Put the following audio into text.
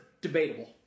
debatable